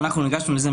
ואנחנו הגשנו את זה,